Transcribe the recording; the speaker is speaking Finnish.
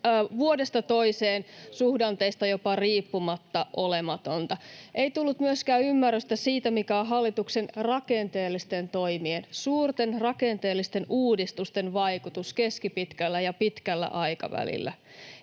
vuodesta toiseen jopa suhdanteista riippumatta olematonta. Ei tullut myöskään ymmärrystä siitä, mikä on hallituksen rakenteellisten toimien — suurten, rakenteellisten uudistusten — vaikutus keskipitkällä ja pitkällä aikavälillä.